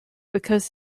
because